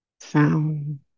sound